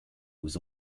was